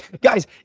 Guys